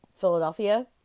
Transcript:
Philadelphia